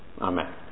amen